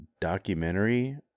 documentary